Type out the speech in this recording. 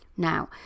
Now